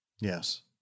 Yes